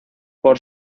por